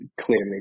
clearly